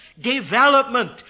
development